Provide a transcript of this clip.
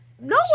No